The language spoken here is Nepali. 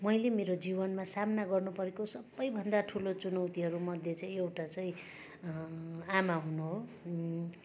मैले मेरो जीवनमा सामना गर्नुपरेको सबैभन्दा ठुलो चुनौतीहरूमध्ये चाहिँ एउटा चाहिँ आमा हुनु हो